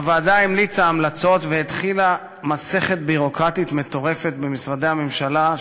הוועדה המליצה המלצות והתחילה מסכת ביורוקרטית מטורפת במשרדי הממשלה,